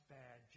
bad